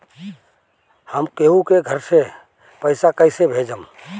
हम केहु के घर से पैसा कैइसे भेजम?